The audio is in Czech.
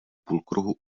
půlkruhu